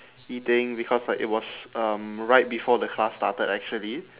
eating because like it was um right before the class started actually